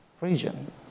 region